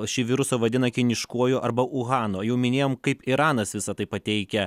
šį virusą vadina kiniškuoju arba uhano jau minėjom kaip iranas visa tai pateikia